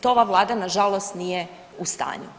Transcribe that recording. To ova vlada nažalost nije u stanju.